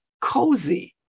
cozy